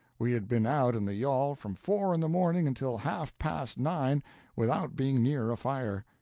we had been out in the yawl from four in the morning until half-past nine without being near a fire.